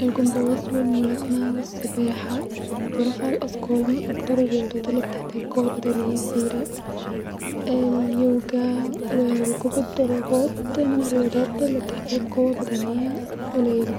بحب القهوه المثلجه الي هي-بتبقي عباره عن لبن-نسكافيه وقهوه بيتحطو في الخلاط/ويتحط معاه تلج ويتضربو-لفتره وبنجهز كوبايه فيها سيرم كراميل-او سيرم شوكولاتة-وبعد كده بنحط المخفوق الي احنا عملناه-في الخلاط الكوبايات